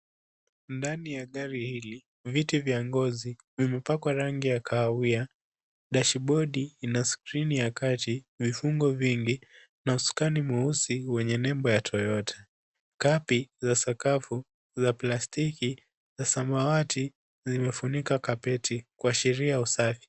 Ndani ya gari hili, viti vya ngozi vimepakwa rangi ya kahawia. Dashibodi ina skrini ya gari, vifungo vingi na usukani mweusi wenye nembo ya Toyota. Kapi za sakafu za plastiki za samawati zimefunika kapeti kuashiria usafi.